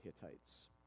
Hittites